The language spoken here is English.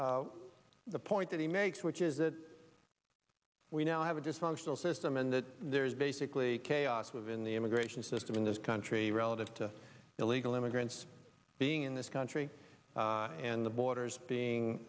it the point that he makes which is that we now have a dysfunctional system and that there is basically chaos of in the immigration system in this country relative to illegal immigrants being in this country and the borders being